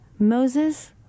Moses